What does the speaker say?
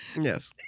Yes